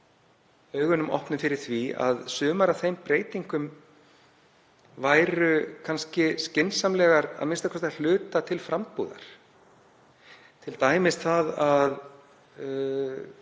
augunum opnum fyrir því að sumar af þeim breytingum væru kannski skynsamlegar, a.m.k. að hluta, til frambúðar, t.d. það að